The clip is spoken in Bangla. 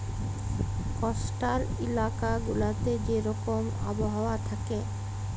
কস্টাল ইলাকা গুলাতে যে রকম আবহাওয়া থ্যাকে